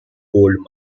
gold